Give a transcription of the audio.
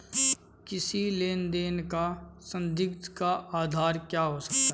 किसी लेन देन का संदिग्ध का आधार क्या हो सकता है?